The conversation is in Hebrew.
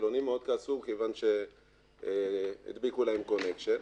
החילונים מאוד כעסו כיוון שהדביקו להם קונקשן,